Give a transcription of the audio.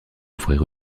offrir